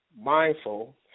mindful